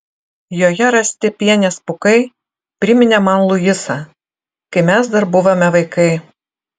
joje rasti pienės pūkai priminė man luisą kai mes dar buvome vaikai